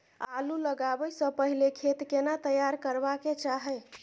आलू लगाबै स पहिले खेत केना तैयार करबा के चाहय?